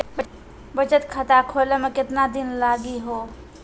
बचत खाता खोले मे केतना दिन लागि हो?